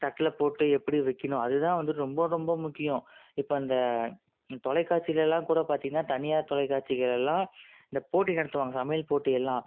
தட்டில் போட்டு எப்படி வைக்கணும் அதுதான் வந்துட்டு ரொம்ப ரொம்ப முக்கியம் இப்போ அந்த தொலைக்காட்சிலெலாம் கூட பார்த்தினா தனியார் தொலைக்காட்சிகளெல்லாம் இந்த போட்டி நடத்துவாங்க சமையல் போட்டி எல்லாம்